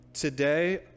Today